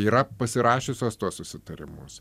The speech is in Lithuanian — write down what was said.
yra pasirašiusios tuos susitarimus